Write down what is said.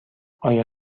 آیا